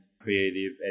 creative